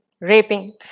raping